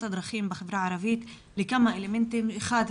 הדרכים בחברה הערבית לכמה אלמנטים: האחד,